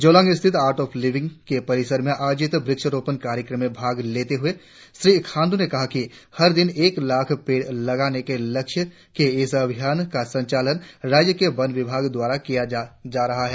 जोलांग स्थित art of living के परिसर में आयोजित व्रक्षारोपण कार्यक्रम में भाग लेते हुए श्री खाण्ड्र ने कहा कि हर दिन एक लाख़ पेड़ लगाने के लक्ष्य के इस अभियान का संचालन राज्य के वन विभाग द्वारा किया जा रहा है